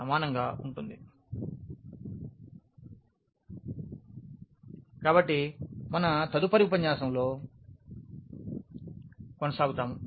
దీనిపై కాబట్టిమన తదుపరి ఉపన్యాసంలో కొనసాగుతాము